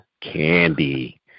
Candy